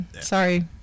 Sorry